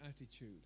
attitude